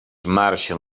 marxen